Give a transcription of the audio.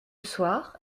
soir